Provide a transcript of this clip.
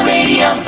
Radio